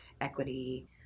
equity